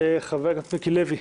חבר הכנסת מיקי לוי.